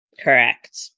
Correct